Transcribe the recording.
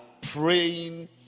praying